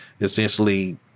essentially